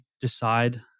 decide